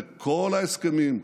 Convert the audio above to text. וכל ההסכמים,